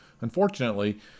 Unfortunately